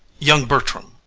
young bertram.